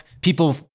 people